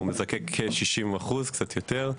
הוא מזקק כ-60%, אפילו קצת יותר.